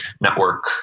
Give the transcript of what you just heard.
Network